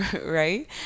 right